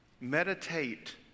meditate